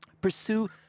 Pursue